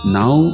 now